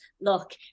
look